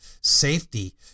safety